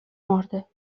مرده